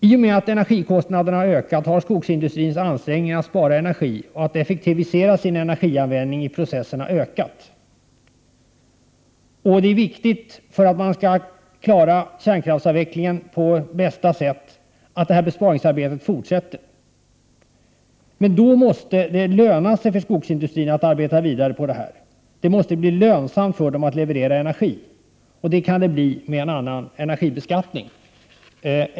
I och med att energikostnaderna ökat har skogsindustrins ansträngningar att spara energi och effektivisera sin energianvändning i processerna ökat. För att man skall kunna klara energiavvecklingen på bästa sätt är det viktigt att detta besparingsarbete fortsätter. Det måste då löna sig för skogsindustrin att arbeta vidare med detta. Det måste bli lönsamt för skogsindustrin att leverera energi, och det kan det bli med en annan energibeskattning.